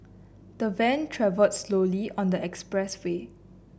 the van travelled slowly on the expressway